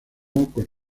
con